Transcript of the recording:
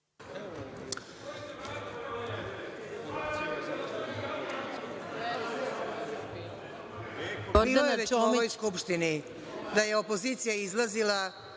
Hvala vam.